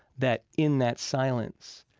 that in that silence,